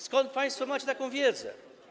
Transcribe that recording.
Skąd państwo macie taką wiedzę?